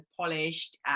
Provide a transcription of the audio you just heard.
polished